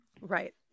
Right